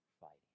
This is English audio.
fighting